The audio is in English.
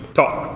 talk